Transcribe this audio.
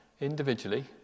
individually